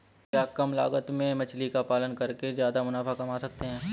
क्या कम लागत में मछली का पालन करके ज्यादा मुनाफा कमा सकते हैं?